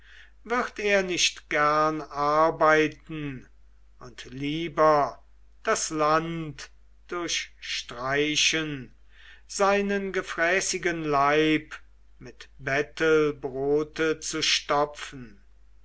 wird er nicht gern arbeiten und lieber das land durchstreichen seinen gefräßigen leib mit bettelbrote zu stopfen